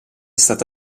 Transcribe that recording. stato